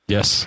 Yes